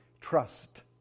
Trust